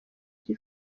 iri